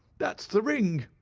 that's the ring.